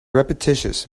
repetitious